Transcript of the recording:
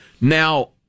Now